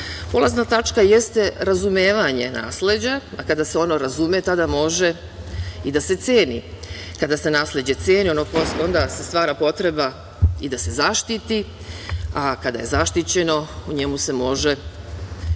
tačka jeste razumevanje nasleđa, a kada se ono razume, tada može i da se ceni. Kada se nasleđe ceni, onda se stvara potreba i da se zaštiti, a kada je zaštićeno u njemu se može i